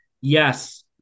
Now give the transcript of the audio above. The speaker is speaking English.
yes